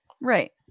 Right